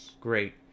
great